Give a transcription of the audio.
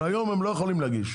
אבל היום הם לא יכולים להגיש.